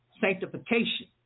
sanctification